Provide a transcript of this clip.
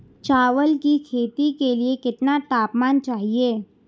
चावल की खेती के लिए कितना तापमान चाहिए?